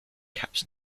caps